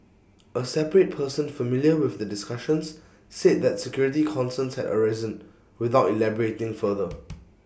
A separate person familiar with the discussions said that security concerns had arisen without elaborating further